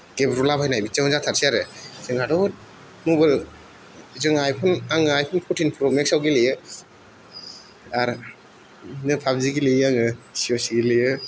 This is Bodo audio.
गेब्रुलाबायनाय बिदियावनो जाथारनोसै आरो जोंहाथ' मबाइल जोंहा iPhone iPhone fourteen pro max आव गेलेयो आरो बिदिनो पाबजि गेलेयो आङो सि अ' सि गेलेयो